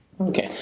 Okay